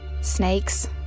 Snakes